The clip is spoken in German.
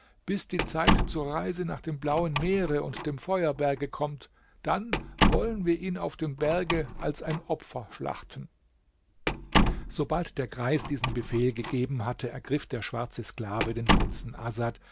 bis die zeit zur reise nach dem blauen meere und dem feuerberge kommt dann wollen wir ihn auf dem berge als ein opfer schlachten sobald der greis diesen befehl gegeben hatte ergriff der schwarze sklave den prinzen asad